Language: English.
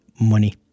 money